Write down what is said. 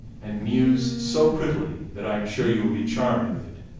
and mews so prettily, that i am sure you will be charmed with it.